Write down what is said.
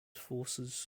forces